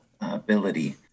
ability